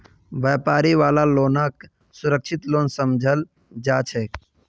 व्यापारी वाला लोनक सुरक्षित लोन समझाल जा छे